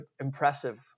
impressive